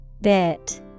Bit